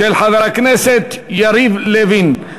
של חבר הכנסת יריב לוין,